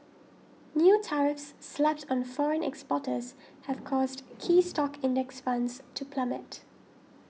new tariffs slapped on foreign exporters have caused key stock index funds to plummet